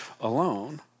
alone